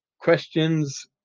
Questions